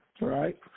right